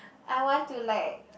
I want to like